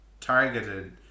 targeted